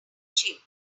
shape